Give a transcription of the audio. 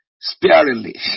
sparingly